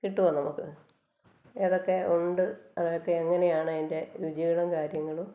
കിട്ടുമോ നമുക്ക് ഏതൊക്കെ ഉണ്ട് അതൊക്കെ എങ്ങനെയാണ് അതിൻ്റെ രുചികളും കാര്യങ്ങളും